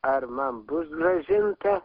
ar man bus grąžinta